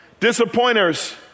Disappointers